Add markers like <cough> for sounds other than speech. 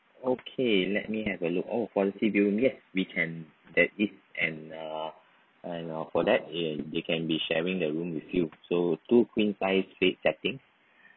okay let me have a look oh yes we can add this and uh <noise> for that they <noise> can be sharing the room with you so two queen size bed setting